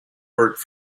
worked